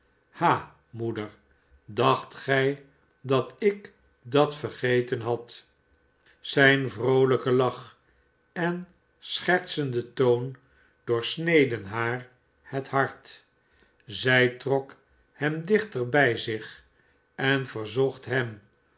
ha moeder k dacht gij dat ik dat vergeten had zijn vroolijke lach en schertsende toon doorsneden haar het hart zij trok hem dichter bij zich en verzocht hem